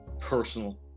personal